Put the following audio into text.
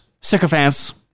sycophants